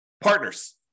Partners